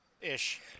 ish